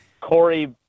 Corey